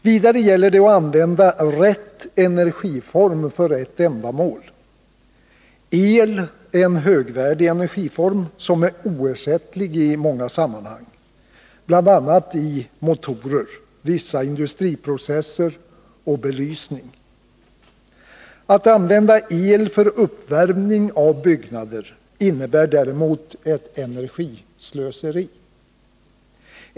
Vidare gäller det att använda rätt energiform för rätt ändamål. El är en högvärdig energiform som är oersättlig i många sammanhang, bl.a. i motorer, vissa industriprocesser och belysning. Att använda el för uppvärmning av byggnader innebär däremot ett energislöseri.